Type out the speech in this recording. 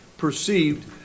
perceived